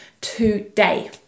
today